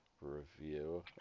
review